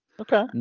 Okay